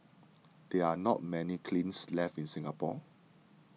there are not many kilns left in Singapore